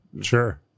Sure